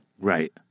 Right